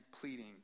pleading